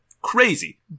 crazy